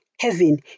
heaven